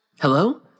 Hello